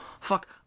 Fuck